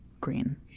green